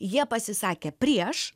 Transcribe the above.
jie pasisakė prieš